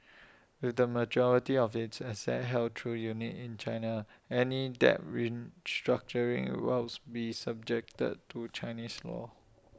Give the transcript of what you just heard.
with the majority of its assets held through units in China any debt restructuring will be subject to Chinese law